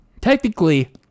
technically